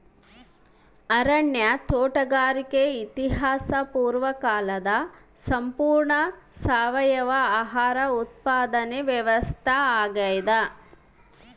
ಅರಣ್ಯ ತೋಟಗಾರಿಕೆ ಇತಿಹಾಸ ಪೂರ್ವಕಾಲದ ಸಂಪೂರ್ಣ ಸಾವಯವ ಆಹಾರ ಉತ್ಪಾದನೆ ವ್ಯವಸ್ಥಾ ಆಗ್ಯಾದ